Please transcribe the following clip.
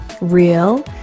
real